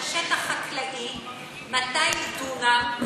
על שטח חקלאי של 200 דונם,